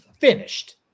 finished